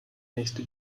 nächste